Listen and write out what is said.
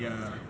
ya ya